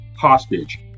hostage